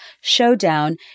Showdown